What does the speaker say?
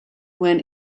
went